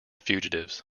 fugitives